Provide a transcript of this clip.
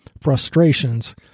frustrations